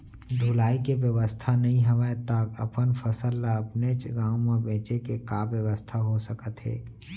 ढुलाई के बेवस्था नई हवय ता अपन फसल ला अपनेच गांव मा बेचे के का बेवस्था हो सकत हे?